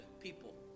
people